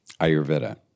Ayurveda